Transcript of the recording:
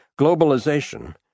Globalization